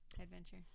adventure